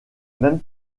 même